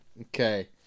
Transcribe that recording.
Okay